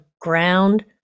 ground